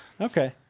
Okay